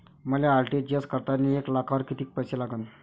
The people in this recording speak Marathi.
मले आर.टी.जी.एस करतांनी एक लाखावर कितीक पैसे लागन?